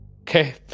Okay